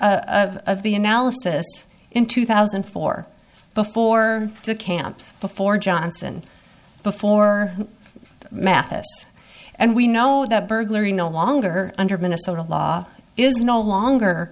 t of the analysis in two thousand and four before the camps before johnson before mathis and we know that burglary no longer under minnesota law is no longer